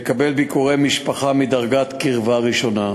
לקבל ביקורי משפחה מדרגת קרבה ראשונה.